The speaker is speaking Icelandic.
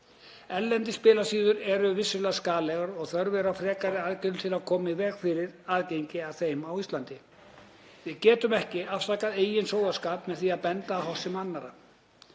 Erlendar spilasíður eru vissulega skaðlegar og þörf er á frekari aðgerðum til að koma í veg fyrir aðgengi að þeim á Íslandi. Við getum ekki afsakað eigin sóðaskap með því að benda á háttsemi annarra.